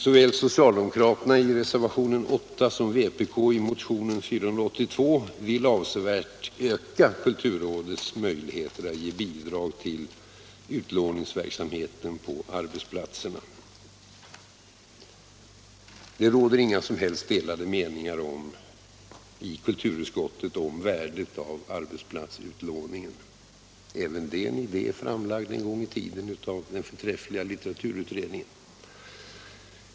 Såväl socialdemokraterna i reservationen 8 som vpk i motionen 482 vill avsevärt öka kulturrådets möjligheter att ge bidrag till utlåningsverksamheten på arbetsplatserna. Det råder inga som helst delade meningar i kulturutskottet om värdet av arbetsplatsutlåningen — även det en idé framlagd en gång i tiden av den förträffliga litteraturutredningen.